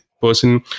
person